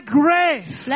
grace